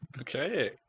Okay